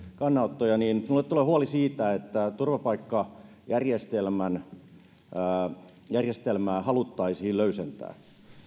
kannanottoja niin minulle tulee huoli siitä että turvapaikkajärjestelmää haluttaisiin löysentää